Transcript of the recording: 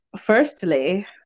firstly